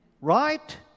right